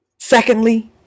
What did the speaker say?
secondly